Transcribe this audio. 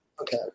okay